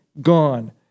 Gone